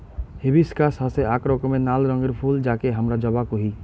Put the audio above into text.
hibiscus হসে আক রকমের নাল রঙের ফুল যাকে হামরা জবা কোহি